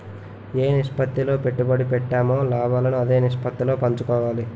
ఏ నిష్పత్తిలో పెట్టుబడి పెట్టామో లాభాలను అదే నిష్పత్తిలో పంచుకోవాలి